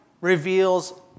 reveals